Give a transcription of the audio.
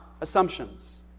Assumptions